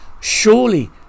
surely